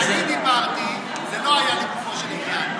כשאני דיברתי זה לא היה לגופו של עניין,